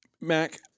Mac